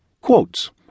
Quotes